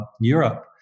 Europe